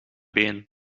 been